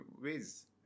ways